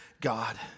God